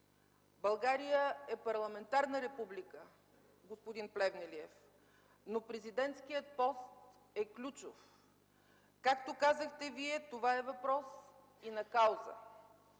България е парламентарна република, господин Плевнелиев, но президентският пост е ключов. Както казахте Вие, това е въпрос и на кауза.